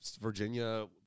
Virginia